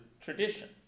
tradition